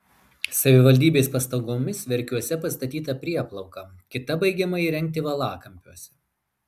savivaldybės pastangomis verkiuose pastatyta prieplauka kita baigiama įrengti valakampiuose